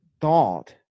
thought